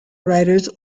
writers